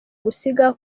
gusiga